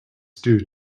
stew